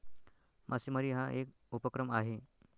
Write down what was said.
मासेमारी हा एक उपक्रम आहे